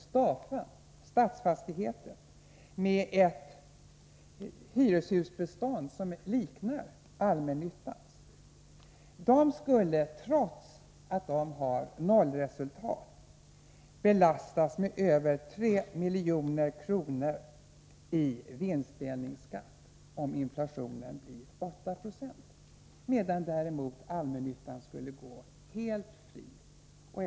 Stafa, Statsfastigheten, med ett hyreshusbestånd som liknar allmännyttans, skulle, trots att det har nollresultat, belastats med över 3 miljoner i vinstdelningsskatt om inflationen blir 8 76, medan allmännyttan skulle gå helt fri.